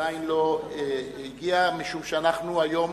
שעדיין לא הגיע, משום שאנחנו היום